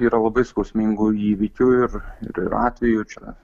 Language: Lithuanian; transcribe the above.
yra labai skausmingų įvykių ir ir atvejų čia